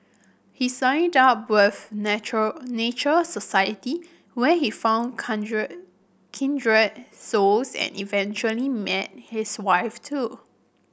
he signed up natural Nature Society where he found kindred souls and eventually met his wife too